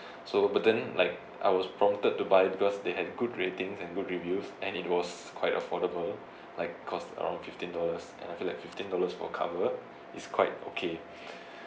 so but then like I was prompted to buy because they had good ratings and good reviews and it was quite affordable like cost around fifteen dollars and I feel like fifteen dollars for cover is quite okay